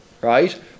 right